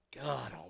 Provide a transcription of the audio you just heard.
God